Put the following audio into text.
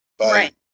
Right